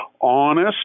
honest